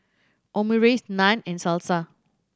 Omurice Naan and Salsa